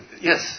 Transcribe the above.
Yes